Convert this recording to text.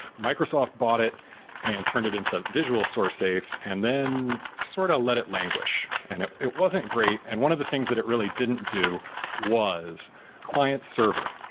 microsoft bought it and turned it into visual sourcesafe and then sort of let it languish. and it it wasn't great, and one of the things that it really didn't do was client-server.